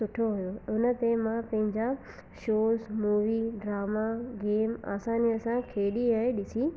सुठो हुओ हुन ते मां पंहिंजा शोस मूवी ड्रामा गेम आसानी सां खेॾी ऐं ॾिसी